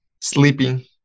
sleeping